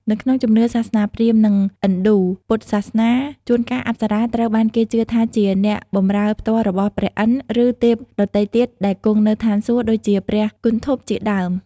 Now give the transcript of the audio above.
នៅក្នុងជំនឿសាសនាព្រាហ្មណ៍ និងឥណ្ឌូ ពុទ្ធសាសនា ជួនកាលអប្សរាត្រូវបានគេជឿថាជាអ្នកបំរើផ្ទាល់របស់ព្រះឥន្ទ្រ ឬទេពដទៃទៀតដែលគង់នៅស្ថានសួគ៌ ដូចជាព្រះគន្ធព្វជាដើម។